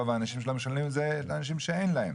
רוב האנשים שלא משלמים הם אנשים שאין להם